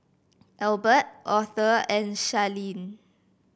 Albert Auther and Charleen